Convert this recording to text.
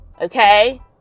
okay